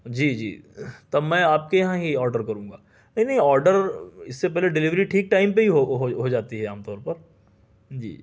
جی جی تب میں آپ کے یہاں ہی آرڈر کرونگا نہیں نہیں آرڈر اس سے پہلے ڈلیوری ٹھیک ٹائم پہ ہی ہو جاتی ہے عام طور پر جی